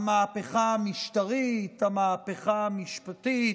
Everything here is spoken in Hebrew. המהפכה המשטרית, המהפכה המשפטית,